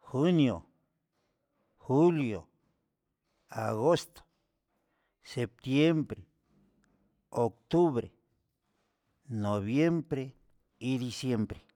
junio, julio, agosto, septiembre, octubre, noviembre y diciembre.